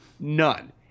None